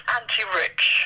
anti-rich